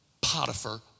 Potiphar